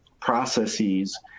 processes